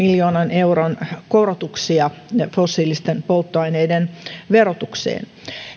euron korotuksia fossiilisten polttoaineiden verotukseen